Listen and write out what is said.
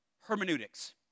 hermeneutics